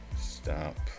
stop